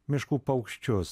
miškų paukščius